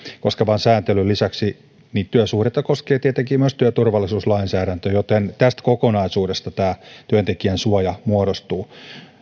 koskevan sääntelyn lisäksi työsuhdetta koskee tietenkin myös työturvallisuuslainsäädäntö joten tästä kokonaisuudesta tämä työntekijän suoja muodostuu